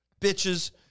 bitches